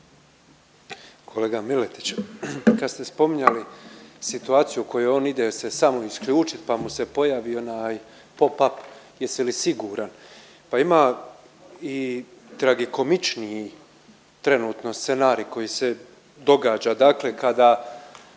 Kolega Miletić, kad ste spominjali situaciju u kojoj on ide se samo isključit, pa mu se pojavi onaj …/Govornik se ne razumije./…jesi li siguran? Pa ima i tragikomičniji trenutno scenarij koji se događa, dakle kada